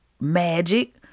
Magic